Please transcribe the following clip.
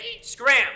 scram